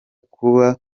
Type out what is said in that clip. kuba